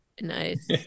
Nice